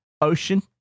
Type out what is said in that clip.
ocean